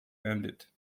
ended